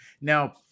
Now